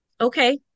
Okay